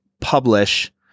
publish